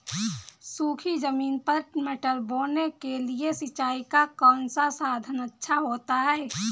सूखी ज़मीन पर मटर बोने के लिए सिंचाई का कौन सा साधन अच्छा होता है?